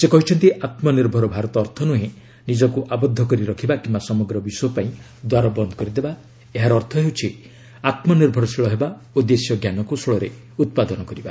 ସେ କହିଛନ୍ତି ଆତ୍କନିର୍ଭର ଭାରତ ଅର୍ଥ ନୁହେଁ ନିଜକୁ ଆବଦ୍ଧ କରି ରଖିବା କିମ୍ବା ସମଗ୍ର ବିଶ୍ୱପାଇଁ ଦ୍ୱାର ବନ୍ଦ କରିଦେବା ଏହାର ଅର୍ଥ ହେଉଛି ଆତ୍କନିର୍ଭରଶୀଳ ହେବା ଓ ଦେଶୀୟ ଜ୍ଞାନକୌଶଳରେ ଉତ୍ପାଦନ କରିବା